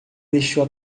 deixou